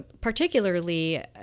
particularly